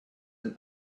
and